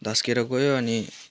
धस्केर गयो अनि